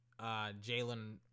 Jalen